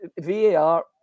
VAR